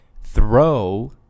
throw